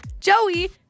Joey